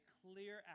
clear